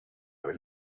will